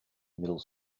middle